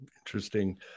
Interesting